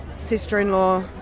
sister-in-law